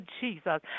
Jesus